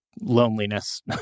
loneliness